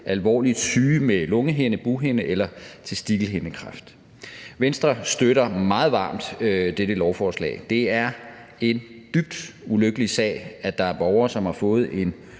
alvorligt syge med lungehinde-, bughinde- eller testikelhindekræft. Venstre støtter meget varmt dette lovforslag. Det er en dybt ulykkelig sag, at der er borgere, som har fået en